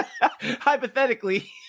Hypothetically